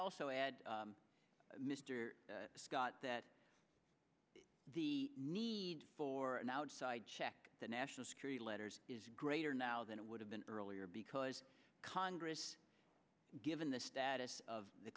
also add mr scott that the need for an outside check the national security letters is greater now than it would have been earlier because congress given the status of the